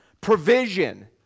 provision